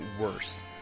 worse